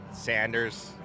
Sanders